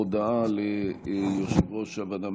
הודעה ליושב-ראש הוועדה המסדרת,